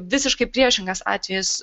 visiškai priešingas atvejis